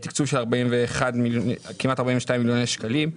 תקצוב של כמעט 42 מיליוני שקלים,